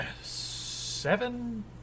seven